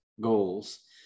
goals